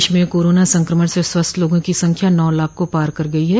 देश में कोरोना संक्रमण से स्वस्थ लोगों की संख्या नौ लाख को पार कर गई है